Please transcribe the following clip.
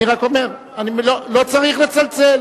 אני רק אומר, לא צריך לצלצל.